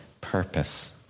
purpose